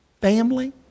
Family